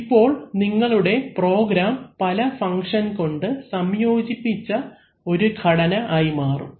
ഇപ്പോൾ നിങ്ങളുടെ പ്രോഗ്രാം പല ഫങ്ക്ഷൻ കൊണ്ട് സംയോജിപ്പിച്ച ഒരു ഘടന ആയി മാറും